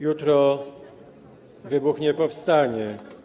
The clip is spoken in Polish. Jutro wybuchnie powstanie.